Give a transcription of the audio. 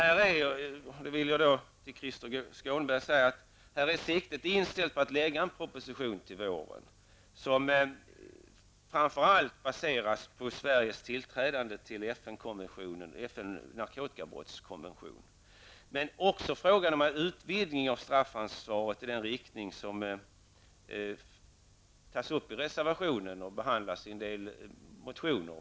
Siktet är inställt på att lägga fram en proposition till våren, Krister Skånberg, och den skall framför allt baseras på Sveriges medlemskap i FNs narkotikakommission. Men det handlar också om att utvidga straffansvaret i den riktning som föreslås i reservationen och berörs i en del motioner.